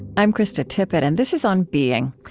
i'm krista tippett, and this is on being.